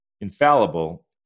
infallible